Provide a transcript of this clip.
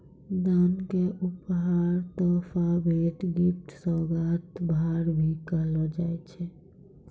दान क उपहार, तोहफा, भेंट, गिफ्ट, सोगात, भार, भी कहलो जाय छै